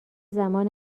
زمان